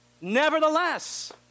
Nevertheless